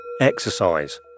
exercise